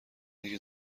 دیگه